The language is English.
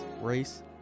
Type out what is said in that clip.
race